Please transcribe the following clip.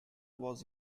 was